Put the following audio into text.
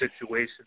situation